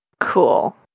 cool